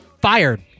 fired